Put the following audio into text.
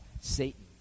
Satan